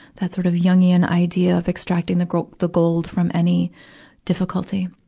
that sort of jungian idea of extracting the gold the gold from any difficulty.